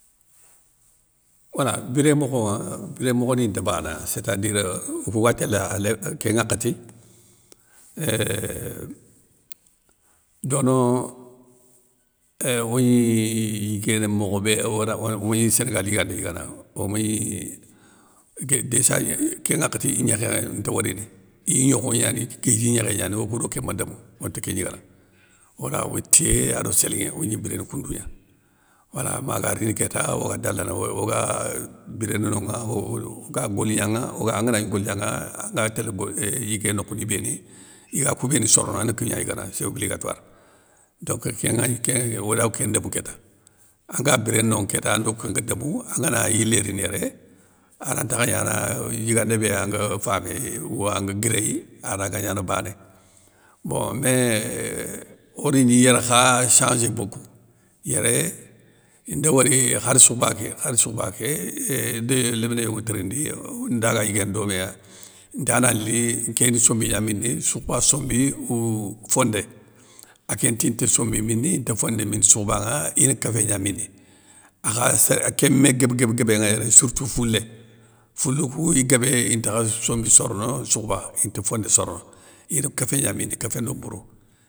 Wala biré mokhonŋa, biré mokho ni nta bana sé ta dire okou ga tél alé kén nŋwakhati, éuuh dono ééuuh oguégni yiguéné mokhobé ora one ogni sénégali yigandé gnigana omégni gué déssa kén nŋwakhati gnékhé nte worini, iy gnokho gnani ite guédji gnékhé gnani okou do kén ma domou, onte kén gnigana, wala oy tiyé ado sélinŋé ogni biréné koundou gna, wala ma ga rini kéta oga dalana oye oga biréné nonŋa o oyo oga golignanŋa, oga anganagni golignanŋa anga tél go éuuh yigué nokhou ni béni, iga kou béni sorono ane koun gna yigana sé obligatoire, donc kénŋa kén olaw kén ndémou kéta, anga biréné nonŋa kéta ando kén nga domou, angana yilé rini yéré, arantakha gnana yigandé bé anga faméy ou anga guiréyi, ara gagna bané, bon mé euuh orgni kha changé bokou, yéré nda wori khar sokhoba ké khar sohoba ké euuhh nde léminé yogo tirindi euuh nda ga yiguéné doméya, nta na li nkéni sombi gna mini soukhba sombi, ou fondé ankén nti nta sombi mini, inta fondé mini sokhobanŋa ina kéfé gna mini, akha sa kémé guéb guéb guébé nŋa yéré sourtou foulé, foulou kou guébé intakha sombi sorno soukhouba, inta fondé sorono, ine kéffé gna mini kéfé ndo mbourou.